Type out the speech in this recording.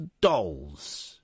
dolls